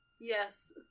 yes